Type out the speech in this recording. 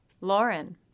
Lauren